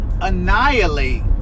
annihilate